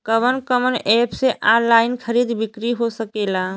कवन कवन एप से ऑनलाइन खरीद बिक्री हो सकेला?